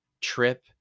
trip